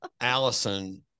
Allison